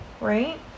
right